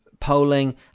polling